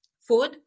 food